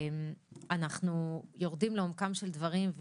אנחנו יורדים לעומקם של דברים,